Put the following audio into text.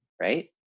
right